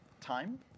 time